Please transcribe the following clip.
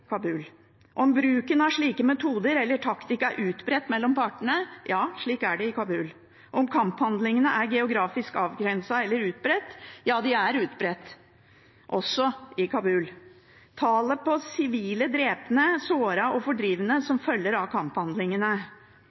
bruken av slike metodar og/eller taktikk er utbreidd mellom partane» – ja, slik er det i Kabul, «om kamphandlingane er geografisk avgrensa eller utbreidd» – ja, det er utbredt også i Kabul, og «talet på sivile drepne, såra og fordrivne som følgje av